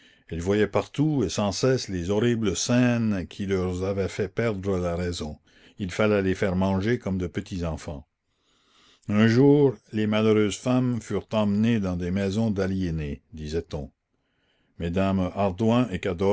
elles voyaient partout et sans cesse les horribles scènes qui leur avaient fait perdre la raison il fallait les faire manger comme de petits enfants un jour les malheureuses femmes furent emmenées dans des maisons d'aliénés disait-on mesdames hardouin